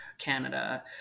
Canada